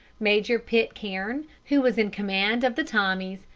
major pitcairn, who was in command of the tommies,